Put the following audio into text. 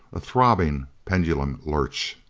a throbbing, pendulum lurch!